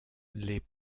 les